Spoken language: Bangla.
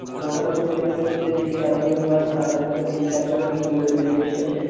আর ওখানে শুনেছি নাকি যে যেই স্যারগুলো পড়ান তাদের মধ্যে তিন চারজন নাকি গোল্ড মেডেলিস্ট আছে